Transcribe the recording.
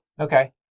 okay